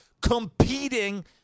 competing